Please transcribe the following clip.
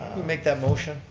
make that motion,